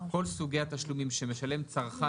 "כל סוגי התשלומים שמשלם צרכן,